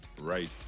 right